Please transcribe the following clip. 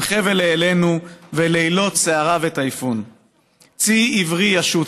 חבל העלינו / ולילות סערה וטייפון // צי עברי ישוט